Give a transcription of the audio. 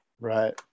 right